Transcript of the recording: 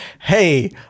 hey